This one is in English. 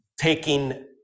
Taking